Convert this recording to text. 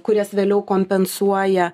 kurias vėliau kompensuoja